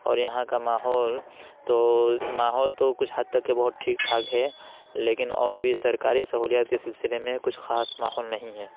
اور یہاں کا ماحول تو ماحول تو کچھ حد تک بہت ٹھیک ٹھاک ہے لیکن اور بھی سرکاری سہولیات کے سلسلے میں کچھ خاص ماحول نہیں ہے